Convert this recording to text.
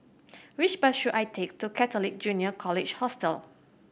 which bus should I take to Catholic Junior College Hostel